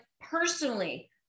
personally